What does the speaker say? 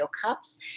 cups